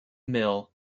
mill